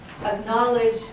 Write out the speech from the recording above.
Acknowledge